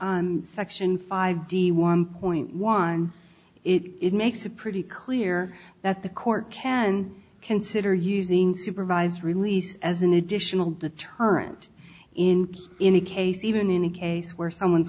o section five d one point one it makes it pretty clear that the court can consider using supervised release as an additional deterrent in any case even in a case where someone's